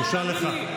בושה לך.